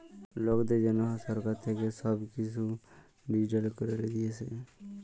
লকদের জনহ সরকার থাক্যে সব কিসু ডিজিটাল ক্যরে দিয়েসে